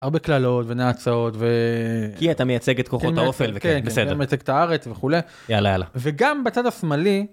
הרבה קללות ונאצות וכי אתה מייצג את כוחות האופל וכן בסדר מייצג את הארץ וכולי, יאללה יאללה, וגם בצד השמאלי.